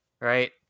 right